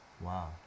wow